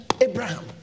Abraham